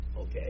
okay